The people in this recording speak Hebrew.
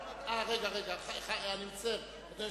עברה בקריאה טרומית ותעבור